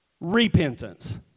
repentance